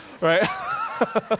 right